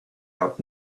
out